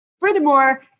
Furthermore